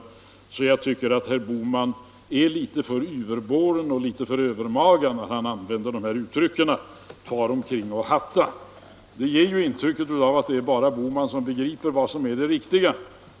Jag tycker alltså att herr Bohman är litet för yverboren och litet för övermaga när han använder uttrycket fara omkring och hatta. Det ger ju intrycket att det bara är herr Bohman som begriper vad som är det riktiga.